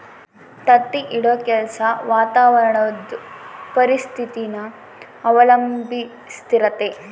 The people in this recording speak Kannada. ತತ್ತಿ ಇಡೋ ಕೆಲ್ಸ ವಾತಾವರಣುದ್ ಪರಿಸ್ಥಿತಿನ ಅವಲಂಬಿಸಿರ್ತತೆ